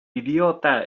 idiota